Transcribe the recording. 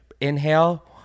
Inhale